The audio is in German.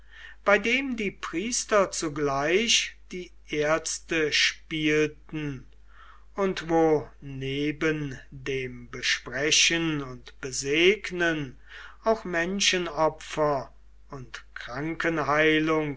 bei dem die priester zugleich die ärzte spielten und wo neben dem besprechen und besegnen auch menschenopfer und